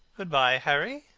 good-bye, harry.